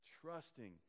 trusting